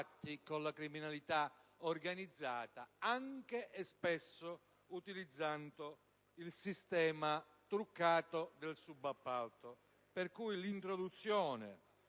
con la criminalità organizzata, spesso utilizzando anche il sistema truccato del subappalto. Pertanto, l'introduzione